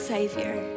Savior